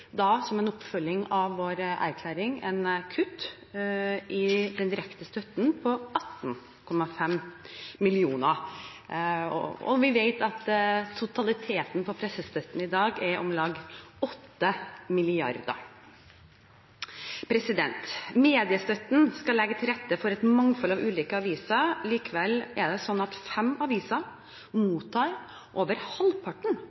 som en oppfølging av vår erklæring et kutt i den direkte støtten på 18,5 mill. kr. Vi vet at totaliteten på pressestøtte i dag er om lag 8 mrd. kr. Mediestøtten skal legge til rette for et mangfold av ulike aviser. Likevel er det sånn at fem aviser mottar over halvparten